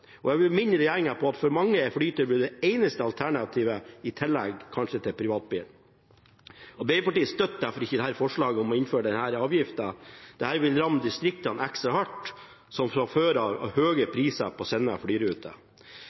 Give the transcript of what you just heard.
mange er flytilbudet det eneste alternativet, i tillegg kanskje til privatbilen. Arbeiderpartiet støtter derfor ikke forslaget om å innføre denne avgiften. Dette vil ramme distriktene ekstra hardt, som fra før har høye priser på sine flyruter.